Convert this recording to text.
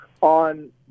on